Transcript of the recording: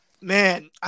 man